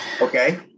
Okay